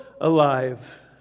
alive